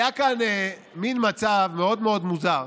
היה כאן מין מצב מאוד מאוד מוזר,